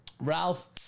Ralph